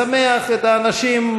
ונשמח את האנשים,